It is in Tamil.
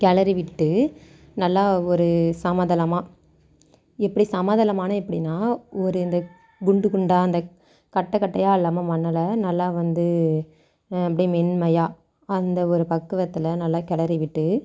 கிளறி விட்டு நல்லா ஒரு சமதளமாக எப்படி சமதளமான எப்படின்னா ஒரு இந்த குண்டு குண்டாக அந்த கட்டை கட்டையாக இல்லாமல் மணலை நல்லா வந்து அப்படே மென்மையாக அந்த ஒரு பக்குவத்தில் நல்லா கிளறி விட்டு